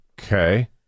Okay